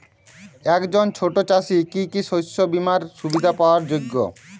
একজন ছোট চাষি কি কি শস্য বিমার সুবিধা পাওয়ার যোগ্য?